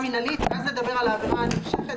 המנהלית ואז נגיע לסעיף לגבי העבירה הנמשכת.